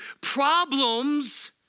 Problems